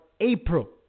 april